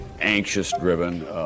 anxious-driven